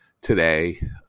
today